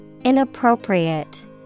Inappropriate